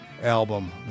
album